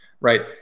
right